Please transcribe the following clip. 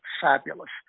fabulous